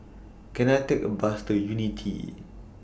Can I Take A Bus to Unity